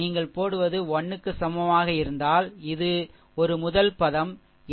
நீங்கள் போடுவது 1 க்கு சமமாக இருந்தால் இது ஒரு முதல் பதம் சரி